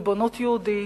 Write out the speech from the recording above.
ריבונות יהודית,